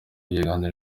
yagiranye